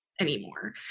anymore